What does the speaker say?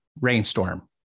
rainstorm